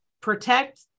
protect